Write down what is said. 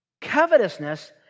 Covetousness